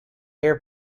air